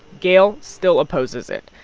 gayle still opposes it,